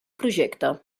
projecte